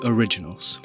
Originals